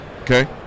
Okay